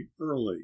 Early